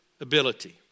ability